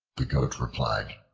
the goat replied,